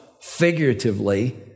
figuratively